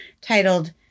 titled